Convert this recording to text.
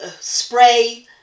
spray